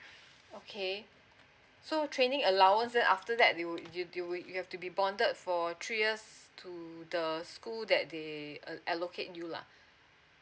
okay so training allowance then after that you you you have to be bonded for three years to the school that they uh allocate you lah